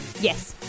Yes